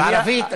בערבית,